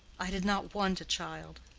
i did not want a child.